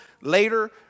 Later